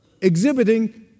exhibiting